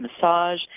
massage